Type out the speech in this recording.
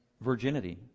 virginity